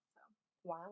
Wow